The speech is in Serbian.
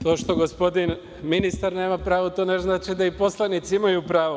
To što gospodin ministar nema pravo, to ne znači da poslanici imaju pravo.